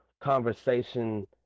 conversation